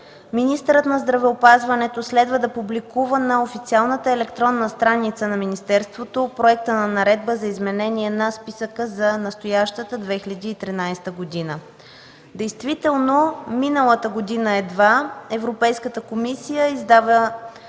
министърът на здравеопазването следва да публикува на официалната електронна страница на министерството проекта на наредба за изменение на списъка за настоящата 2013 г. Действително едва миналата година Европейската комисия издава